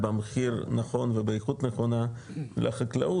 במחיר נכון ובאיכות נכונה לחקלאות,